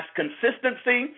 consistency